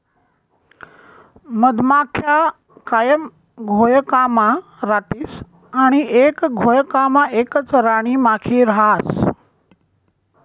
मधमाख्या कायम घोयकामा रातीस आणि एक घोयकामा एकच राणीमाखी रहास